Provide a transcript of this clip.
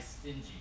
stingy